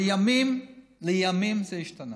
לימים זה השתנה,